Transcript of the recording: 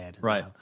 Right